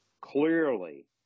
clearly